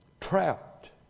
trapped